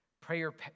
Prayer